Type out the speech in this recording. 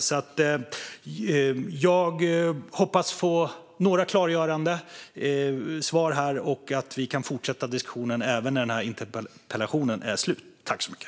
Jag hoppas på att kunna få några klargörande svar här och att vi kan fortsätta diskussionen även när den här interpellationsdebatten är slut.